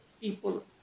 people